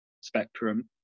spectrum